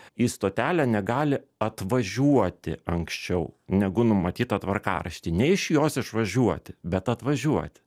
į stotelę negali atvažiuoti anksčiau negu numatyta tvarkarašty ne iš jos išvažiuoti bet atvažiuoti